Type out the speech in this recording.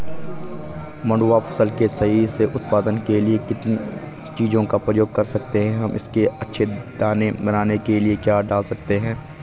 मंडुवा फसल के सही से उत्पादन के लिए किन चीज़ों का प्रयोग कर सकते हैं हम इसके अच्छे दाने बनाने के लिए क्या डाल सकते हैं?